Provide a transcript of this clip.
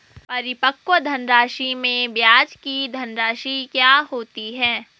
परिपक्व धनराशि में ब्याज की धनराशि क्या होती है?